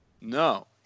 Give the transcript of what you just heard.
No